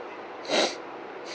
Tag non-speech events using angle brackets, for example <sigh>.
<breath>